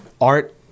art